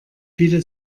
viele